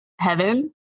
heaven